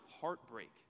heartbreak